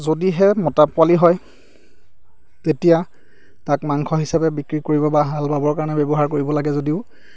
যদিহে মতা পোৱালি হয় তেতিয়া তাক মাংস হিচাপে বিক্ৰী কৰিব বা হাল বাবৰ কাৰণে ব্যৱহাৰ কৰিব লাগে যদিও